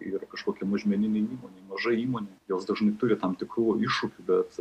ir kažkokia mažmeninė įmonė maža įmonė jos dažnai turi tam tikrų iššūkių bet